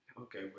Okay